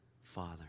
Father